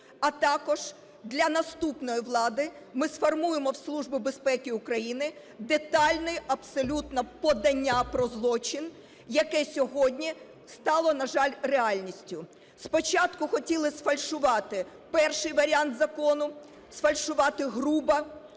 а також для наступної влади ми сформуємо в Службу безпеки України детальне абсолютно подання про злочин, яке сьогодні стало, на жаль, реальністю. Спочатку хотіли сфальшувати перший варіант закону, сфальшувати грубо,